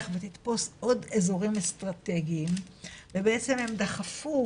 ותתפוס עוד אזורים אסטרטגיים ובעצם הם דחפו